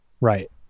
Right